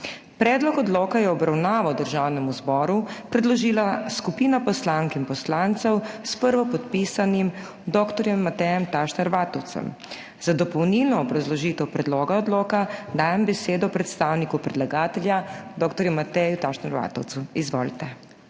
Predlog odloka je v obravnavo Državnemu zboru predložila skupina poslank in poslancev s prvopodpisanim dr. Matejem Tašnerjem Vatovcem. Za dopolnilno obrazložitev predloga odloka dajem besedo predstavniku predlagatelja, dr. Mateju Tašner Vatovcu. Izvolite.